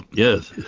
yes.